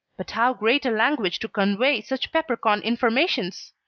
but how great a language to convey such pepper-corn informations!